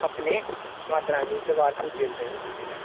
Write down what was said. अपने माता रानी दे दरवार पुज्जन ताई